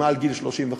מעל גיל 35,